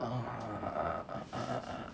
ah